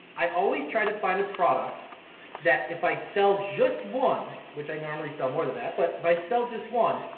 i always try to find a product that if i sell just one, which i normally sell more than that but if i sell just one,